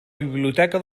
biblioteca